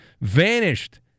vanished